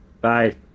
Bye